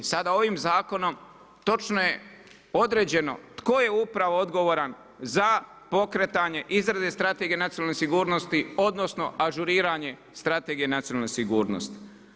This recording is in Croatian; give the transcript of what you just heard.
Sada ovim zakonom točno je određeno tko je upravo odgovoran za pokretanje, izrade strategije nacionalne sigurnosti, odnosno, ažuriranje strategije nacionalne sigurnosti.